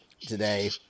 today